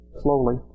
slowly